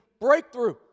breakthrough